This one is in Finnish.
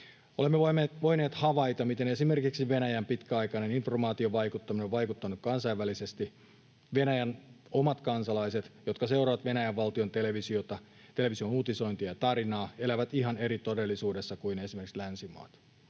Olemme voineet havaita, miten esimerkiksi Venäjän pitkäaikainen informaatiovaikuttaminen on vaikuttanut kansainvälisesti. Venäjän omat kansalaiset, jotka seuraavat Venäjän valtion televisiota, television uutisointia ja tarinaa, elävät ihan eri todellisuudessa kuin esimerkiksi länsimaat.